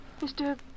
Mr